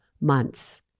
months